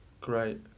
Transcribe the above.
Great